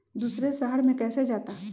दूसरे शहर मे कैसे जाता?